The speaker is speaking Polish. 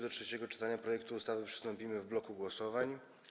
Do trzeciego czytania projektu ustawy przystąpimy w bloku głosowań.